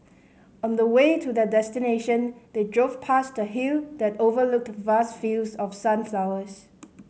on the way to their destination they drove past the hill that overlooked vast fields of sunflowers